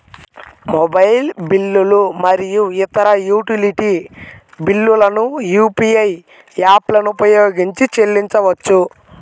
mobile బిల్లులు మరియు ఇతర యుటిలిటీ బిల్లులను యూ.పీ.ఐ యాప్లను ఉపయోగించి చెల్లించవచ్చు